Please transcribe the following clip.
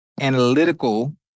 analytical